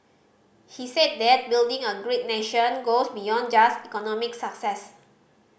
he said that building a great nation goes beyond just economic success